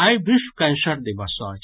आइ विश्व कैंसर दिवस अछि